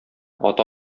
ата